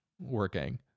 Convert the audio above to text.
working